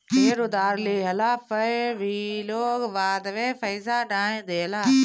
ढेर उधार लेहला पअ भी लोग बाद में पईसा नाइ देला